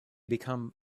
become